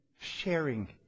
sharing